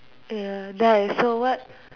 ya then I saw what